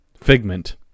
Figment